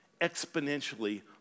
exponentially